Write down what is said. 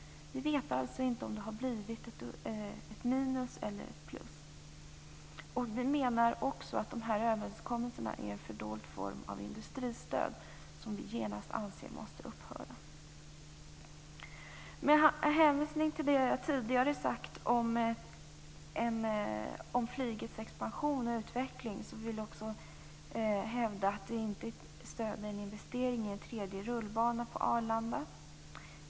Vi vet alltså inte om det har blivit ett minus eller ett plus. Vi menar också att överenskommelserna är en dold form av industristöd som vi anser genast måste upphöra. Med hänvisning till det jag tidigare har sagt om flygets expansion och utveckling vill jag också hävda att vi inte stöder en investering i en tredje rullbana på Arlanda.